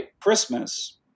Christmas